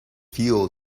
fuel